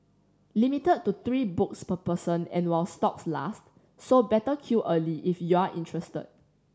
limited to three books per person and while stocks last so better queue early if you're interested